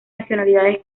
nacionalidades